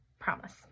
Promise